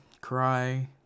Cry